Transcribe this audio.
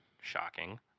Shocking